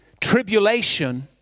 tribulation